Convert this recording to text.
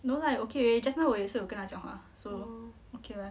no lah okay eh just now 我也是有跟他讲话 so okay lah